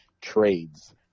trades